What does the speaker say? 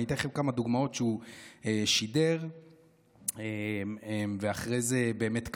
אני אתן לכם כמה דוגמאות שהוא שידר ואחרי זה באמת קרו.